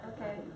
Okay